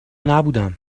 نبودم